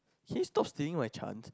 can you stop stealing my chance